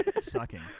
sucking